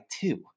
two